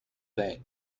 that